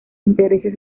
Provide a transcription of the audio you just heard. intereses